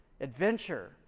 adventure